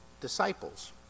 disciples